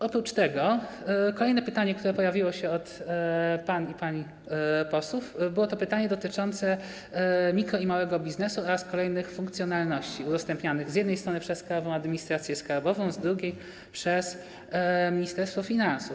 Oprócz tego, kolejne pytanie, które pojawiło się od panów i pań posłów, to było pytanie dotyczące mikro- i małego biznesu oraz kolejnych funkcjonalności udostępnianych z jednej strony przez Krajową Administrację Skarbową, z drugiej - przez Ministerstwo Finansów.